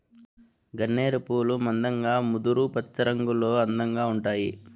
గన్నేరు పూలు మందంగా ముదురు పచ్చరంగులో అందంగా ఉంటాయి